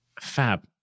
Fab